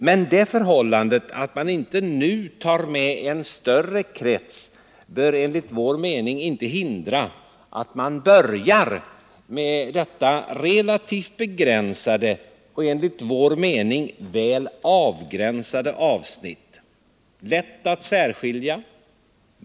Men det förhållandet att man inte nu tar med en större krets bör enligt vår mening inte hindra att man börjar med detta relativt begränsade och väl avgränsade avsnitt. Det är lätt att särskilja.